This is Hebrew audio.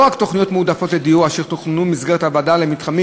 לא רק תוכניות מועדפות לדיור אשר תוכננו במסגרת הוועדה למתחמים